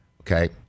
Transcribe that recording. Okay